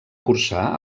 cursar